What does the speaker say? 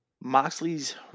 Moxley's